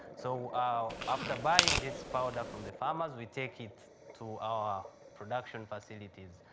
so ah after buying this powder from the farmers, we take it to our production facilities.